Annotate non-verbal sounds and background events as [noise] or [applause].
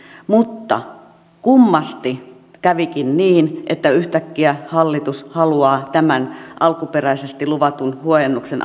mutta kummasti kävikin niin että yhtäkkiä hallitus haluaa tämän alkuperäisesti alaikäiselle luvatun huojennuksen [unintelligible]